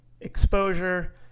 exposure